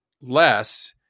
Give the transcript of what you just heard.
less